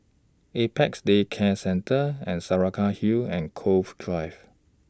Apex Day Care Centre and Saraca Hill and Cove Drive